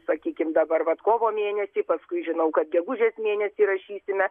sakykime dabar bet kovo mėnesį paskui žinau kad gegužės mėnesį rašysime